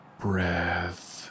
breath